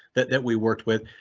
that that we worked with.